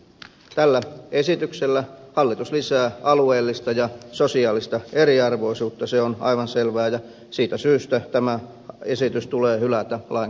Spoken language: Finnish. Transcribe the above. tällä esityksellä hallitus lisää alueellista ja sosiaalista eriarvoisuutta se on aivan selvää ja siitä syystä tämä esitys tulee hylätä lain kakkoskäsittelyssä